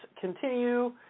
continue